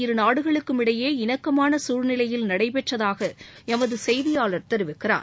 இரு நாடுகளுக்கும் இடையே இணக்கமான சூழ்நிலையில் நடைபெற்றதாக எமது செய்தியாளர் தெரிவிக்கிறார்